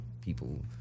people